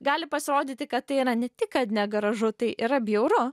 gali pasirodyti kad tai yra ne tik kad negražu tai yra bjauru